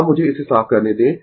अब मुझे इसे साफ करने दें